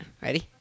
Ready